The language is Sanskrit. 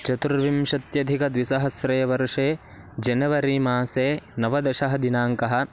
चतुर्विंशत्यधिकद्विसहस्रे वर्षे जनवरी मासे नवदशदिनाङ्कः